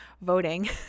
voting